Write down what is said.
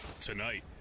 Tonight